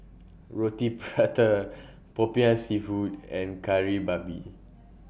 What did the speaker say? Roti Prata Popiah Seafood and Kari Babi